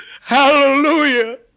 Hallelujah